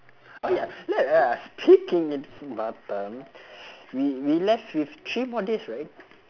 oh ya speaking it for batam we we left with three more days right